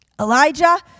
Elijah